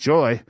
Joy